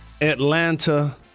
Atlanta